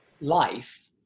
life